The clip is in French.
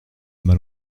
mal